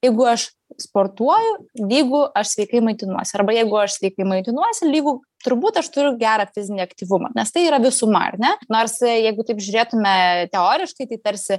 jeigu aš sportuoju jeigu aš sveikai maitinuosi arba jeigu aš sveikai maitinuosi lygu turbūt aš turiu gerą fizinį aktyvumą nes tai yra visuma ar ne nors jeigu taip žiūrėtume teoriškai tai tarsi